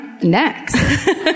next